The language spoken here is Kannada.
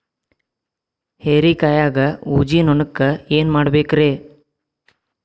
ಹೇರಿಕಾಯಾಗ ಊಜಿ ನೋಣಕ್ಕ ಏನ್ ಮಾಡಬೇಕ್ರೇ?